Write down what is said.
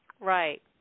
Right